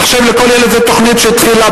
"מחשב לכל ילד" זו תוכנית שהתחילה